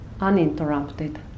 uninterrupted